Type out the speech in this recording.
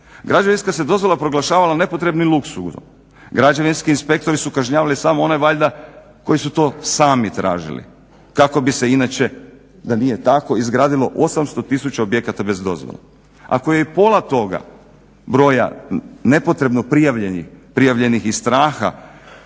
Građevinske se dozvola proglašavala nepotrebnim luksuzom, građevinski inspektori su kažnjavali samo one valjda koji su to sami tražili. Kako bi se inače, da nije tako izgradilo 8 tisuća objekata bez dozvole? Ako je i pola toga broja nepotrebno prijavljenih,